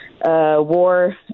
War